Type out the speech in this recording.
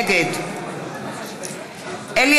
נגד אלי